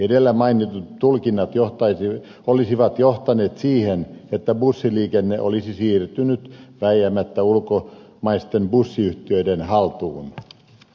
edellä mainitut tulkinnat olisivat johtaneet siihen että bussiliikenne olisi siirtynyt vääjäämättä ulkomaisten bussiyhtiöiden haltuun